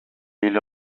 эле